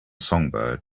songbird